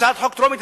הצעת חוק טרומית,